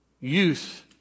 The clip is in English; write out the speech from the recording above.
youth